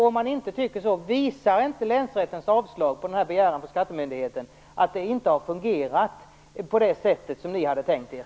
Om han inte tycker det, visar inte länsrättens avslag på skattemyndighetens begäran att det inte har fungerat på det sätt som ni hade tänkt er?